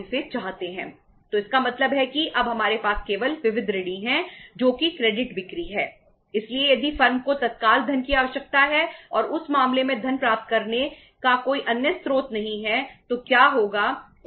इसलिए यदि फर्म को तत्काल धन की आवश्यकता है और उस मामले में धन प्राप्त करने का कोई अन्य स्रोत नहीं है तो क्या होगा